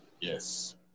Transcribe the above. Yes